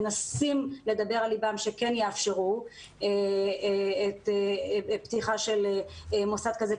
מנסים לדבר על ליבן שכן יאפשרו פתיחה של מוסד כזה,